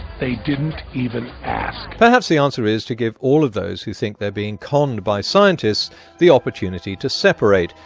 they didn't even ask! perhaps the answer is to give all of those who think they're being conned by scientists the oportunity to separate,